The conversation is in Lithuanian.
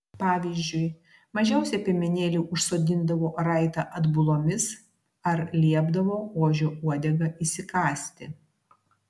pavyzdžiui mažiausią piemenėlį užsodindavo raitą atbulomis ar liepdavo ožio uodegą įsikąsti